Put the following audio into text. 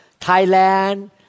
Thailand